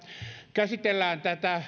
käsitellään